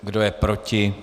Kdo je proti?